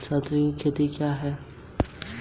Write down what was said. स्थानांतरित खेती क्या है?